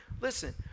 Listen